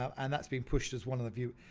um and that's being pushed as one of the view,